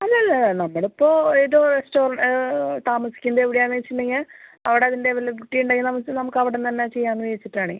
അല്ല അല്ല നമ്മളിപ്പോൾ ഏതോ താമസിക്കുന്നത് എവിടെയാണെന്ന് വെച്ചിട്ടുണ്ടെങ്കിൽ അവിടെ അതിൻ്റെ വല്ല വൃത്തി ഉണ്ടെങ്കിൽ നമുക്ക് നമുക്ക് അവിടെനിന്നുതന്നെ ചെയ്യാമെന്ന് വിചാരിച്ചിട്ട് ആണ്